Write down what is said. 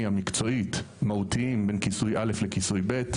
המקצועית מהותיים בין כיסוי א' לכיסוי ב'.